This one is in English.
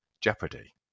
jeopardy